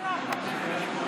לא, לא.